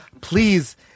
Please